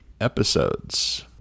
episodes